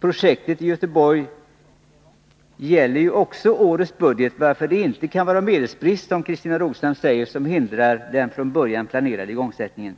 Projektet i Göteborg gäller ju också årets budget, varför det inte kan vara medelsbrist, som Christina Rogestam säger, som hindrar den från början planerade igångsättningen.